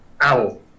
Owl